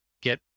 get